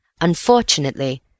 Unfortunately